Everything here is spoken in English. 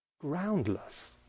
groundless